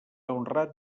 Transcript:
honrat